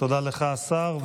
תודה לך, השר.